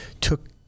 took